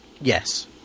Yes